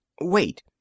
Wait